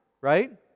right